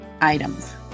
items